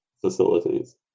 facilities